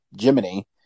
Jiminy